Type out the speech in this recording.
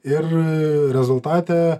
ir rezultate